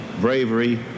bravery